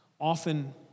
often